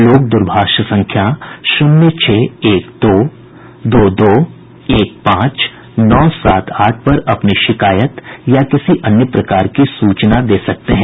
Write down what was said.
लोग द्रभाष संख्या शून्य छह एक दो दो दो एक पांच नौ सात आठ पर अपनी शिकायत या किसी अन्य प्रकार की सूचना दे सकते हैं